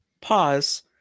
Pause